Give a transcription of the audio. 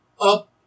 up